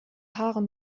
haare